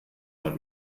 mal